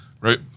Right